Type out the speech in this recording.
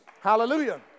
Hallelujah